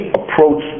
approach